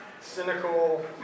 cynical